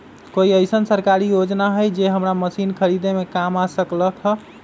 कोइ अईसन सरकारी योजना हई जे हमरा मशीन खरीदे में काम आ सकलक ह?